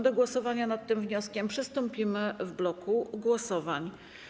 Do głosowania nad tym wnioskiem przystąpimy w bloku głosowań.